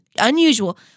unusual